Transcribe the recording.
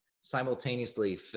simultaneously